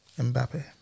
Mbappe